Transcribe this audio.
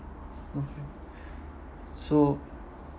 okay so